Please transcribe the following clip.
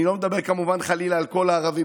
אני לא מדבר כמובן חלילה על כל הערבים.